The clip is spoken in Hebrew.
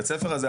בית הספר הזה,